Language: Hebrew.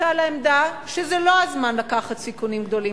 נוטה לעמדה שזה לא הזמן לקחת סיכונים גדולים.